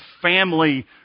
family